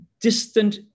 distant